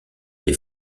des